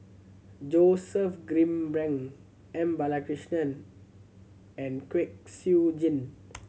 Joseph Grimberg M Balakrishnan and Kwek Siew Jin